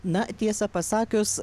na tiesą pasakius